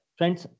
Friends